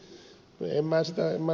en minä sitä ed